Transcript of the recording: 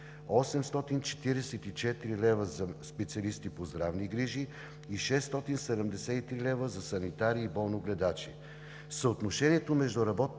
844 лв. за специалисти по здравни грижи и 673 лв. за санитари и болногледачи.